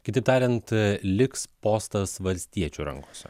kitaip tariant liks postas valstiečių rankose